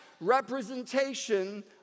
representation